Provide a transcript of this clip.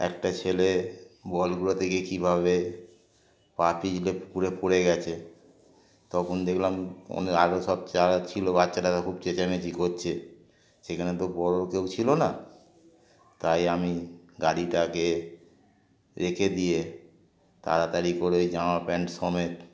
একটা ছেলে বলগুলো থেকেিয়ে কীভাবে পা পিছলে পুকুরে পড়ে গেছে তখন দেখলাম অনে আরও সব যারা ছিল বাচ্চাটা খুব চেঁচামেচি করছে সেখানে তো বড় কেউ ছিলো না তাই আমি গাড়িটাকে রেখে দিয়ে তাড়াতাড়ি করে ওই জামা প্যান্ট সমেত